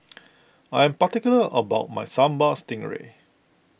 I am particular about my Sambal Stingray